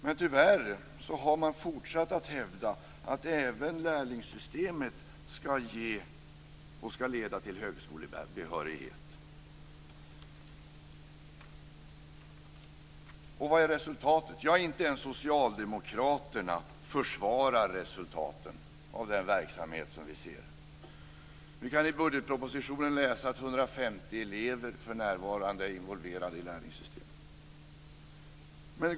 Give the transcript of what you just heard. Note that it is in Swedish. Men tyvärr har man fortsatt att hävda att även lärlingssystemet ska leda till högskolebehörighet. Vad är resultatet? Inte ens socialdemokraterna försvarar resultaten av den verksamhet som vi ser. Vi kan i budgetpropositionen läsa att 150 elever för närvarande är involverade i lärlingssystemet.